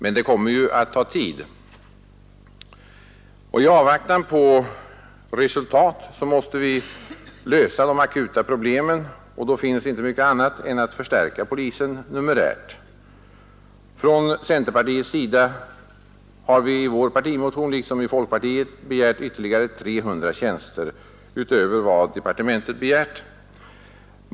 Men det kommer att ta tid, och i avvaktan på resultat måste vi lösa de akuta problemen. Då finns inte mycket annat än att förstärka polisens numerär. Från centerpartiets sida har vi i vår 45 partimotion liksom folkpartiet begärt ytterligare 300 tjänster utöver vad departementet begärt.